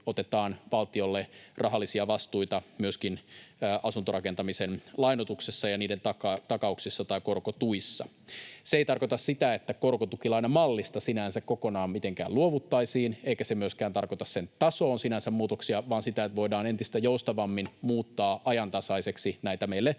otetaan valtiolle rahallisia vastuita myöskin asuntorakentamisen lainoituksessa ja niiden takauksissa tai korkotuissa. Se ei tarkoita sitä, että korkotukilainamallista sinänsä kokonaan mitenkään luovuttaisiin, eikä se myöskään tarkoita sen tasoon sinänsä muutoksia vaan sitä, että voidaan entistä joustavammin muuttaa ajantasaiseksi näitä meille